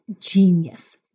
genius